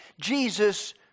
Jesus